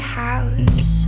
house